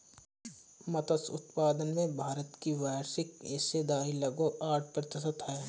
मत्स्य उत्पादन में भारत की वैश्विक हिस्सेदारी लगभग आठ प्रतिशत है